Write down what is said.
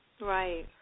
right